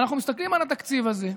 אנחנו מסתכלים על התקציב הזה,